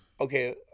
okay